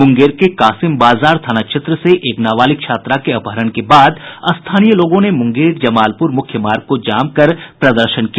मुंगेर के कासिम बाजार थाना क्षेत्र से एक नाबालिग छात्रा के अपहरण के बाद स्थानीय लोगों ने मुंगेर जमालपुर मुख्य मार्ग को जाम कर प्रदर्शन किया